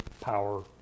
power